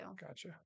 Gotcha